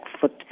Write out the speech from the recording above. foot